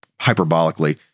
hyperbolically